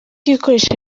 ibikoresho